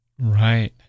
Right